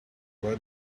what